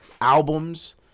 albums